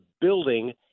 building